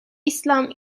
islam